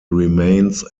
remains